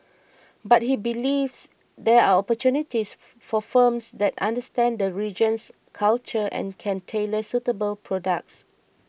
but he believes there are opportunities for firms that understand the region's culture and can tailor suitable products